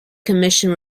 commission